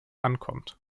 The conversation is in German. ankommt